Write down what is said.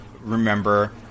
remember